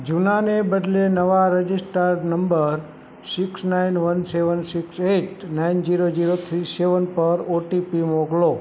જૂનાને બદલે નવા registered number six nine one seven six eight nine zero zero three seven પર O T P મોકલો